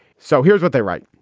so here's what they write.